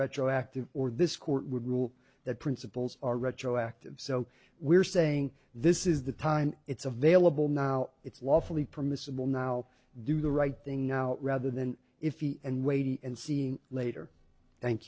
retroactive or this court would rule that principles are retroactive so we're saying this is the time it's available now it's lawfully permissible now do the right thing now rather than if you and waiting and seeing later thank